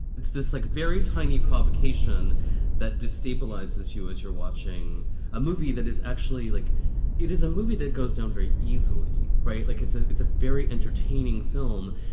it's just like very tiny provocation that destabilizes you as you're watching a movie that is actually like it is a movie that goes down very easily. right. like it's a it's a very entertaining film.